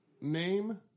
name